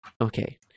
Okay